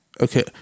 Okay